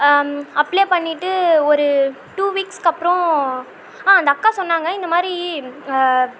apply பண்ணிட்டு ஒரு two வீக்ஸ்க்கப்புறம் அந்த அக்கா சொன்னாங்க இந்தமாதிரி